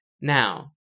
now